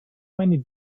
many